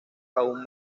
aún